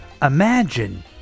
imagine